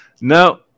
No